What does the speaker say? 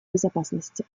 безопасности